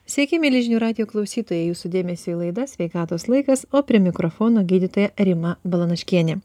sveiki mieli žinių radijo klausytojai jūsų dėmesiui laida sveikatos laikas o prie mikrofono gydytoja rima balanaškienė